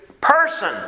Person